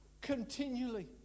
continually